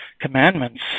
commandments